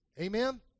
Amen